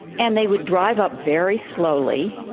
and they would drive up very slowly.